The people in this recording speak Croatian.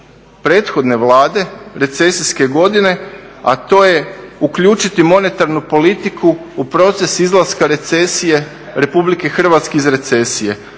prethodne Vlade, recesijske godine a to je uključiti monetarnu politiku u proces izlaska recesije, Republike Hrvatske iz recesije.